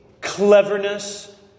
cleverness